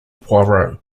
poirot